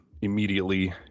immediately